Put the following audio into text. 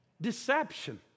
Deception